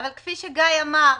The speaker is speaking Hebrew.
אבל כפי שגיא אמר,